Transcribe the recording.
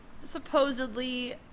supposedly